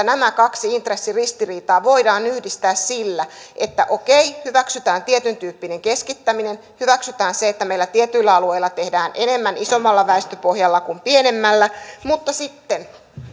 nämä kaksi intressiristiriitaa voidaan yhdistää sillä että okei hyväksytään tietyntyyppinen keskittäminen hyväksytään se että meillä tietyillä alueilla tehdään enemmän isommalla väestöpohjalla kuin pienemmällä mutta sitten